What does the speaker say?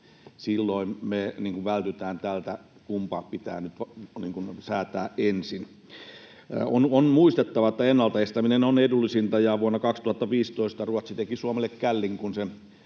Silloin me vältytään tältä, kumpi pitää säätää ensin. On muistettava, että ennalta estäminen on edullisinta ja vuonna 2015 Ruotsi teki Suomelle källin, kun se